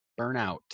burnout